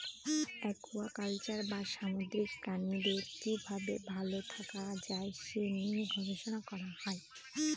aquaculture বা সামুদ্রিক প্রাণীদের কি ভাবে ভালো থাকা যায় সে নিয়ে গবেষণা করা হয়